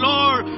Lord